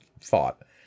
thought